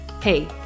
Hey